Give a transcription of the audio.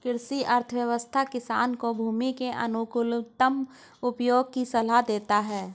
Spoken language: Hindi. कृषि अर्थशास्त्र किसान को भूमि के अनुकूलतम उपयोग की सलाह देता है